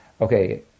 okay